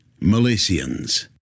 Malaysians